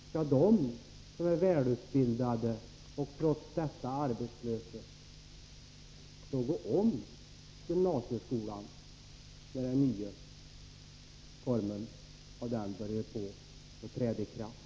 Skall de som är välutbildade, men trots detta arbetslösa, gå om gymnasieskolan när den nya formen träder i kraft?